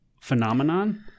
phenomenon